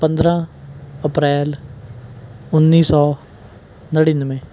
ਪੰਦਰ੍ਹਾਂ ਅਪ੍ਰੈਲ ਉੱਨੀ ਸੌ ਨੜਿਨਵੇਂ